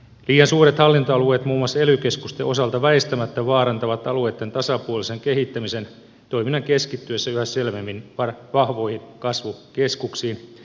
liian suuret hallintoalueet muun muassa ely keskusten osalta väistämättä vaarantavat alueitten tasapuolisen kehittämisen toiminnan keskittyessä yhä selvemmin vahvoihin kasvukeskuksiin